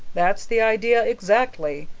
that's the idea exactly.